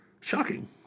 Shocking